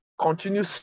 Continue